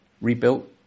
rebuilt